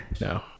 No